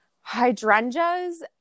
hydrangeas